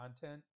content